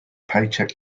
paycheck